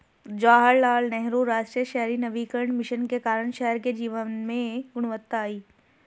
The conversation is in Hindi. जवाहरलाल नेहरू राष्ट्रीय शहरी नवीकरण मिशन के कारण शहर के जीवन में गुणवत्ता आई